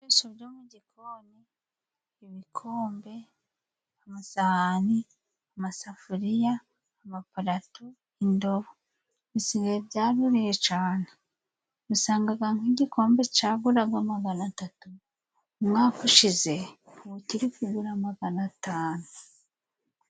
Ibiso byo mu gikoni: ibikombe, amasahani, amasafuriya, amaparato, indobo, bisigaye byaruriye cane. Dusangaga nk'igikombe caguraga magana atatu umwaka ushize, ubu kiri kugura magana atanu.